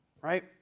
right